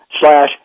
slash